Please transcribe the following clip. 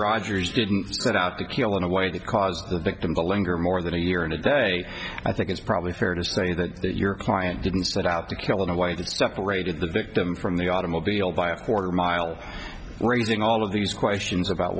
rogers didn't set out to kill in a way that caused the victim to linger more than a year and a day i think it's probably fair to say that that your client didn't set out to kill in a way that separated the victim from the automobile by a quarter mile raising all of these questions about